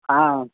हा